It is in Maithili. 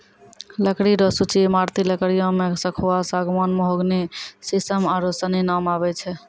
लकड़ी रो सूची ईमारती लकड़ियो मे सखूआ, सागमान, मोहगनी, सिसम आरू सनी नाम आबै छै